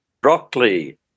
broccoli